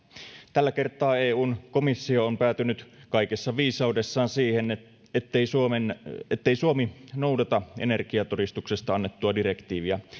tällä kertaa eun komissio on päätynyt kaikessa viisaudessaan siihen ettei suomi noudata energiatodistuksesta annettua direktiiviä